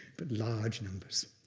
but large numbers,